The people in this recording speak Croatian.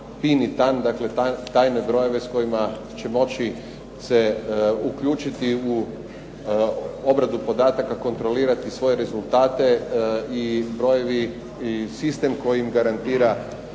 PIN i TAN, dakle tajne brojeve s kojima će moći se uključiti u obradu podataka, kontrolirati svoje rezultate i brojevi i sistem koji im garantira